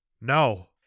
no